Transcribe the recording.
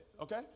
Okay